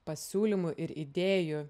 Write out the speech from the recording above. pasiūlymų ir įdėjų